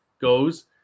goes